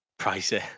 pricey